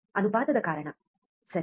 ಅನುಪಾತದ ಕಾರಣ ಸರಿ